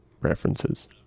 references